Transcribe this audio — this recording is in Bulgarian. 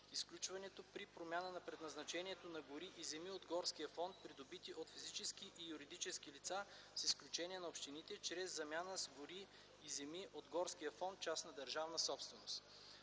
изключването при промяна на предназначението на гори и земи от горския фонд, придобити от физически и юридически лица, с изключение на общините, чрез замяна с гори и земи от горския фонд – частна държавна собственост.